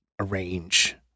arrange